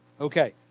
Okay